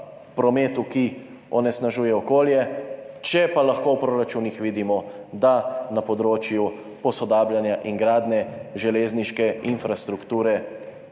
ki onesnažuje okolje, če pa lahko v proračunih vidimo, da na področju posodabljanja in gradnje železniške infrastrukture